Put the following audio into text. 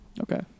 Okay